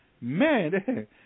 man